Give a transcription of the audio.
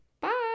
bye